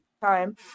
time